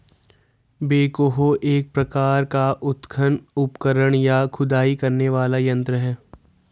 backhoe एक प्रकार का उत्खनन उपकरण, या खुदाई करने वाला यंत्र है